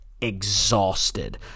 exhausted